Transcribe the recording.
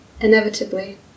inevitably